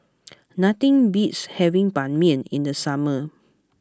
nothing beats having Ban Mian in the summer